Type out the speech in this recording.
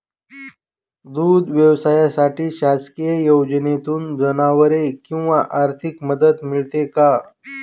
दूध व्यवसायासाठी शासकीय योजनेतून जनावरे किंवा आर्थिक मदत मिळते का?